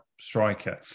striker